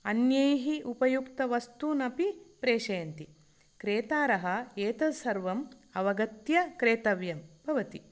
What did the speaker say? अन्यैः उपयुक्तवस्तूनि अपि प्रेषयन्ति क्रेतारः एतत्सर्वम् अवगम्य क्रेतव्यं भवति